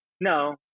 No